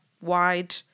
wide